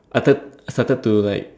started started to like